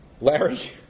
Larry